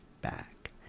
back